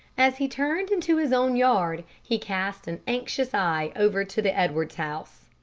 as he turned into his own yard, he cast an anxious eye over to the edwards house.